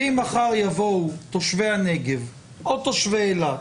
שאם מחר יבואו תושבי הנגב או תושבי אילת,